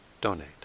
donate